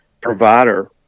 provider